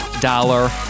dollar